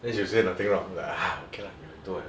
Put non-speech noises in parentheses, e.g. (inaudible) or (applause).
then she will say nothing wrong then (noise) okay ah